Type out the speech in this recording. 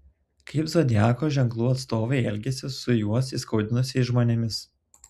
kaip zodiako ženklų atstovai elgiasi su juos įskaudinusiais žmonėmis